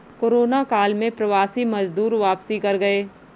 corona काल में प्रवासी मजदूर वापसी कर गए